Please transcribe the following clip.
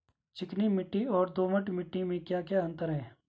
चिकनी मिट्टी और दोमट मिट्टी में क्या क्या अंतर है?